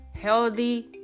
healthy